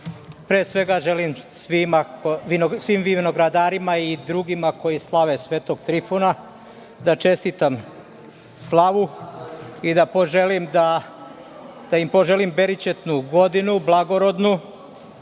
svega želim svim vinogradarima i drugima koji slave Sv. Trifuna da čestitam slavu i da poželim berićetnu godinu, blagorodnu